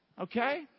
Okay